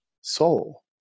soul